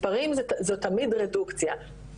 מספרים זו תמיד רדוקציה,